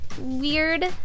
weird